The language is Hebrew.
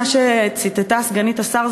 מה שציטטה סגנית השר,